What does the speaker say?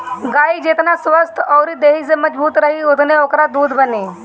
गाई जेतना स्वस्थ्य अउरी देहि से मजबूत रही ओतने ओकरा दूध बनी